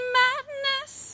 madness